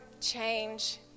change